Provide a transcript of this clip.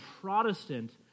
Protestant